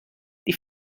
die